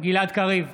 גלעד קריב,